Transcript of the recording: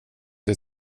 dig